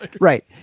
right